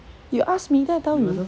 you ask me then I tell you